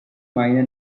minor